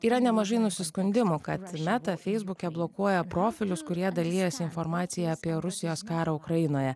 yra nemažai nusiskundimų kad meta feisbuke blokuoja profilius kurie dalijasi informacija apie rusijos karą ukrainoje